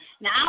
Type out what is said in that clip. Now